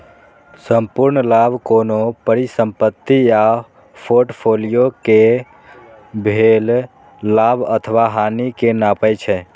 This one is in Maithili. संपूर्ण लाभ कोनो परिसंपत्ति आ फोर्टफोलियो कें भेल लाभ अथवा हानि कें नापै छै